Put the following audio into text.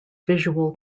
visual